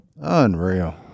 Unreal